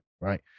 right